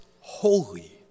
holy